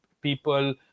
people